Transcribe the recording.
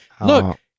Look